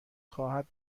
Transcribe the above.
خواهد